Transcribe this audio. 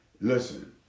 Listen